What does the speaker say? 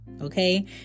Okay